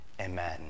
Amen